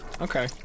Okay